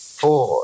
four